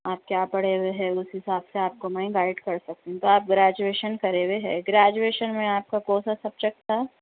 آپ کیا پڑھے ہوئے ہیں اسی حساب سے آپ کو میں گائڈ کر سکتی ہوں تو آپ گریجویشن کرے ہوئے ہیں گریجویشن میں آپ کا کون سا سبجیکٹ تھا